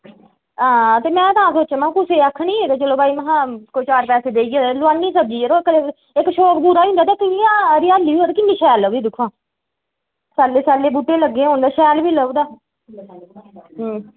हां ते में तां सोच्चेआ महां कुसै ई आखनी ते जेल्लै भाई महां कोई चार पैसे देइयै ते लोआन्नी सब्जी जरो इक ते इक शौक पूरा होई जंदा ते इक इ'यां हरेआली होऐ ते किन्नी शैल लभदी दिक्खोआं सैल्ले सैल्ले बूह्टे लग्गे दे होन ते शैल बी लभदा अं